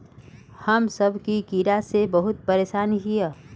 हम सब की कीड़ा से बहुत परेशान हिये?